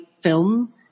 film